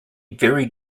very